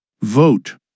Vote